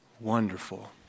wonderful